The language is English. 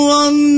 one